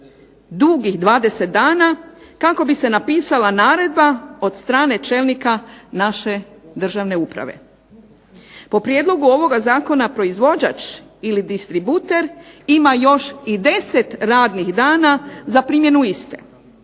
dugih 20 dana kako bi se napisala naredba od strane čelnika naše državne uprave. Po prijedlogu ovoga zakona proizvođač ili distributer ima još i 10 radnih dana za primjenu iste.